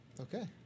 Okay